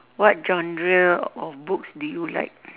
what genre of books do you like